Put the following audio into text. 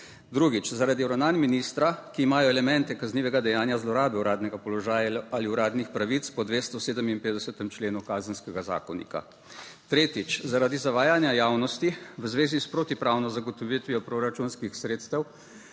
Drugič zaradi ravnanj ministra, ki imajo elemente kaznivega dejanja zlorabe uradnega položaja ali uradnih pravic po 257. členu Kazenskega zakonika. Tretjič, zaradi zavajanja javnosti v zvezi s protipravno zagotovitvijo proračunskih sredstev